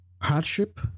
hardship